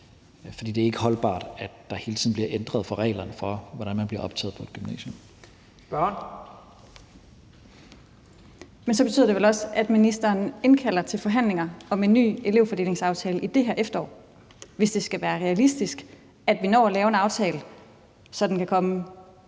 for det er ikke holdbart, at der hele tiden bliver ændret på reglerne for, hvordan man bliver optaget på et gymnasium. Kl. 12:18 Første næstformand (Leif Lahn Jensen): Spørgeren. Kl. 12:18 Lotte Rod (RV): Men så betyder det vel også, at ministeren indkalder til forhandlinger om en ny elevfordelingsaftale i det her efterår, hvis det skal være realistisk, at vi når at lave en aftale, så den kan komme